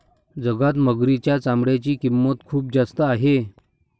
जगात मगरीच्या चामड्याची किंमत खूप जास्त आहे